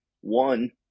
One